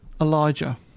Elijah